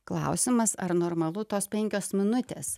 klausimas ar normalu tos penkios minutės